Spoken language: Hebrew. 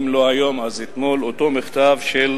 אם לא היום אז אתמול, את אותו מכתב של